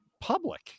public